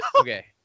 okay